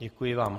Děkuji vám.